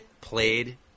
played